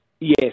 Yes